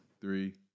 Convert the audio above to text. Three